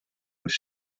was